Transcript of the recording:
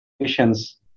patients